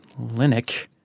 Linux